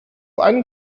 einen